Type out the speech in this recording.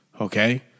Okay